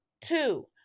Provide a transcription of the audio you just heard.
two